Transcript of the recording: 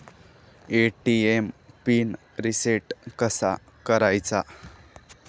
ATM pin reset कसा करायचा?